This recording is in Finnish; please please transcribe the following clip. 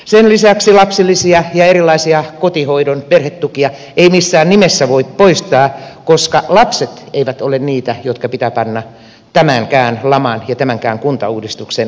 sen lisäksi lapsilisiä ja erilaisia kotihoidon perhetukia ei missään nimessä voi poistaa koska lapset eivät ole niitä jotka pitää panna tämänkään laman ja tämänkään kuntauudistuksen maksumiehiksi